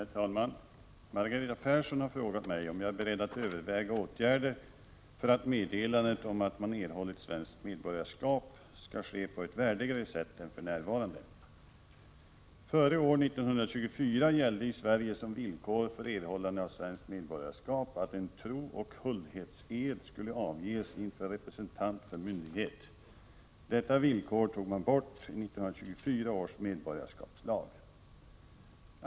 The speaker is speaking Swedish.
Herr talman! Margareta Persson har frågat mig om jag är beredd att överväga åtgärder för att meddelandet om att man erhållit svenskt medborgarskap skall ske på ett värdigare sätt än för närvarande. Före år 1924 gällde i Sverige som villkor för erhållande av svenskt medborgarskap att en trooch huldhetsed skulle avges inför representant för myndighet. Detta villkor tog man bort i 1924 års medborgarskapslag.